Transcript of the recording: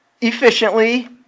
efficiently